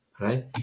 right